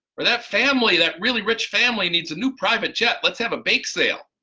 or that family that really rich family needs a new private jet let's have a bake sale.